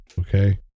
Okay